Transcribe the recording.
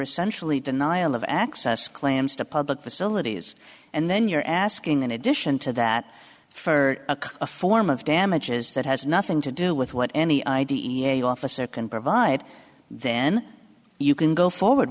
essentially denial of access claims to public facilities and then you're asking in addition to that for a form of damages that has nothing to do with what any id a officer can provide then you can go forward